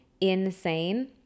insane